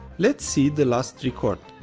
let's see the last record.